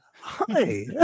Hi